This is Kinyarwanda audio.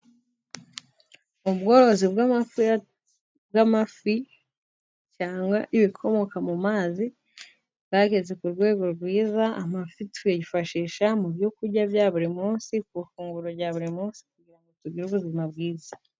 Ubworozi bw'amafi cyangwa ibikomoka mu mazi bwageze ku rwego rwiza, amafi tuyifashisha mu byo kurya bya buri munsi, ku ifunguro rya buri munsi kugira ngo tugire ubuzima bwiza.